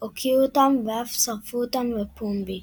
הוקיעו אותם ואף שרפו אותם בפומבי.